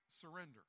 surrender